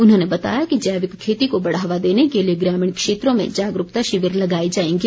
उन्होंने बताया कि जैविक खेती को बढ़ावा देने के लिए ग्रामीण क्षेत्रों में जागरूकता शिविर भी लगाए जाएंगे